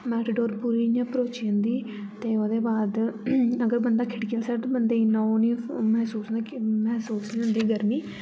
Matador पूरी इ'यां भरोची जन्दी ते ओह्दे बाद अगर बन्दा खिड़की आह्ली साइड बन्दे गी ओह् नी इन्ना महसूस महसूस नी होंदी गर्मी